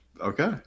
okay